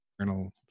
journal